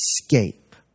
escape